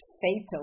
fatal